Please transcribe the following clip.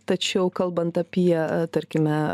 tačiau kalbant apie tarkime